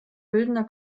bildender